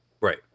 right